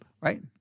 right